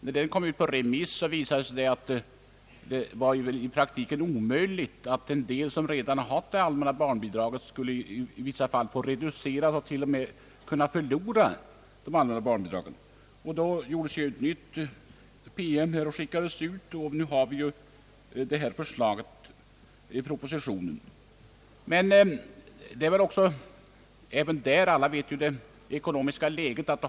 När förslaget kom ut på remiss visade det sig att det i praktiken var omöjligt att genomföra. En del som redan hade allmänna barnbidrag skulle få en reducering och skulle t.o.m. kunna förlora hela det allmänna barnbidraget. Då upprättades en ny PM, som skickades ut på remiss, och nu har vi detta förslag i propositionen. Alla vet dock hur det står till när det gäller det ekonomiska läget.